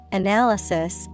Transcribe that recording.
analysis